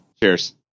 cheers